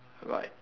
right